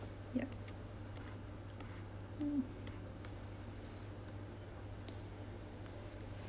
yup